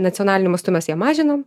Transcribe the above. nacionaliniu mastu mes ją mažinom